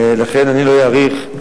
לכן, אני לא אאריך.